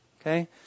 Okay